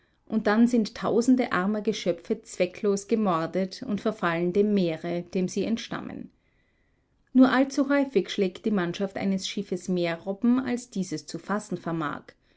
und dann sind tausende armer geschöpfe zwecklos gemordet und verfallen dem meere dem sie entstammen nur allzuhäufig schlägt die mannschaft eines schiffes mehr robben als dieses zu fassen vermag